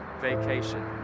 vacation